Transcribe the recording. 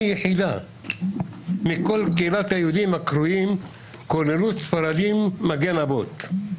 יחידה מכל קהילת כיהודים הקרויים "כוללות ספרדים מגן אבות".